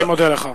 אני מודה לך.